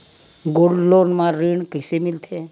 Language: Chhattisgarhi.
गोल्ड लोन म ऋण कइसे मिलथे?